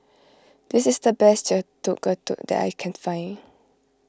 this is the best that I can find